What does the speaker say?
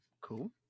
cool